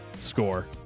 score